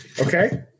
okay